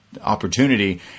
opportunity